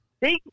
Big